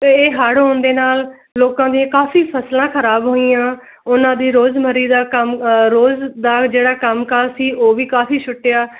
ਅਤੇ ਹੜ੍ਹ ਆਉਣ ਦੇ ਨਾਲ ਲੋਕਾਂ ਦੀ ਕਾਫੀ ਫਸਲਾਂ ਖਰਾਬ ਹੋਈਆਂ ਉਹਨਾਂ ਦੀ ਰੋਜ਼ਮੱਰਾ ਦਾ ਕੰਮ ਰੋਜ਼ ਦਾ ਜਿਹੜਾ ਕੰਮਕਾਜ ਸੀ ਉਹ ਵੀ ਕਾਫੀ ਛੁੱਟਿਆ